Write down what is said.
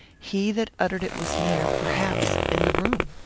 he that uttered it was near perhaps in the room.